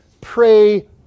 pray